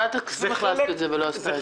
ועדת הכספים יכלה לעשות את זה ולא עשתה.